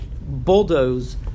bulldoze